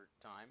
time